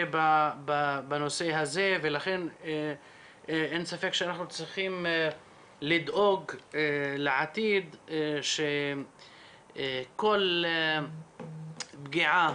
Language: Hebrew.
בנושא הזה ולכן אין ספק שאנחנו צריכים לדאוג לעתיד שכל פגיעה